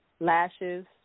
lashes